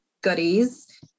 goodies